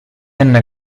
enne